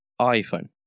iPhone